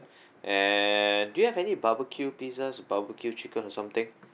and do you have any barbecue pizzas barbecue chicken or something